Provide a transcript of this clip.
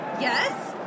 Yes